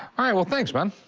all right, well, thanks, man.